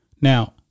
Now